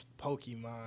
Pokemon